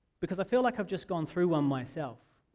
because i feel like i've just gone through one myself.